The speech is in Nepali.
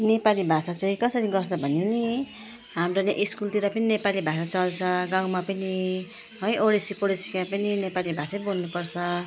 नेपाली भाषा चाहिँ कसरी गर्छ भने नि हाम्रो त स्कुलतिर पनि नेपाली भाषा चल्छ गाउँमा पनि है ओडसी पडोसीमा पनि नेपाली भाषै बोल्नु पर्छ